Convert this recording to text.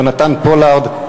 יהונתן פולארד.